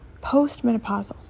Post-menopausal